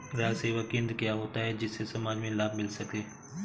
ग्राहक सेवा केंद्र क्या होता है जिससे समाज में लाभ मिल सके?